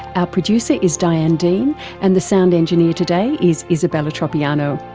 our producer is diane dean and the sound engineer today is isabella tropiano.